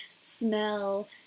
smell